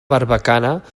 barbacana